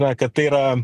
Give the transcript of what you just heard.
na kad tai yra